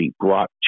brought